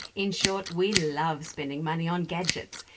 in short, we love spending money on gadgets.